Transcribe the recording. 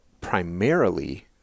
primarily